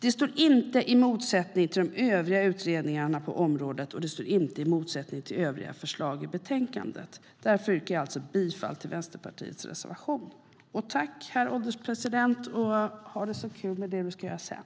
Detta står inte i motsättning till de övriga utredningarna på området, och det står inte i motsättning till övriga förslag i betänkandet. Därför yrkar jag alltså bifall till Vänsterpartiets reservation. Tack, herr ålderspresident, och ha det så kul med det du ska göra sedan!